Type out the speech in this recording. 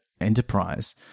Enterprise